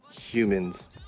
humans